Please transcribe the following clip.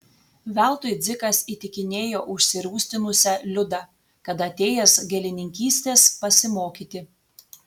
veltui dzikas įtikinėjo užsirūstinusią liudą kad atėjęs gėlininkystės pasimokyti